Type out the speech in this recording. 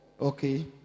Okay